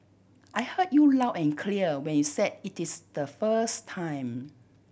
I heard you loud and clear when you said it is the first time